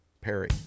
Perry